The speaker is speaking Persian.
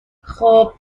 خوب